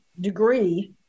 degree